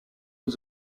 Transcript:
aux